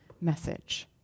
message